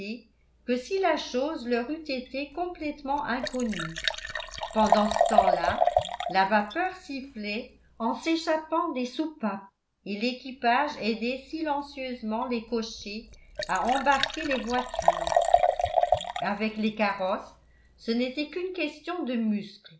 que si la chose leur eût été complètement inconnue pendant ce temps-là la vapeur sifflait en s'échappant des soupapes et l'équipage aidait silencieusement les cochers à embarquer les voitures avec les carrosses ce n'était qu'une question de muscles